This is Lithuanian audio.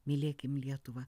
mylėkim lietuvą